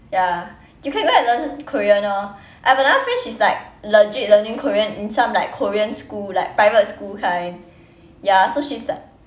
ya you can go and learn korean orh I have another friend she's like legit learning korean in some like korean school like private school kind ya so she's like